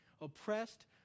oppressed